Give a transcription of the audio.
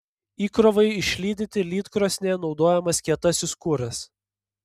įkrovai išlydyti lydkrosnėje naudojamas kietasis kuras